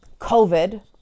COVID